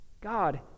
God